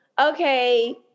okay